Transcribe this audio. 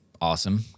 awesome